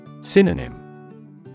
Synonym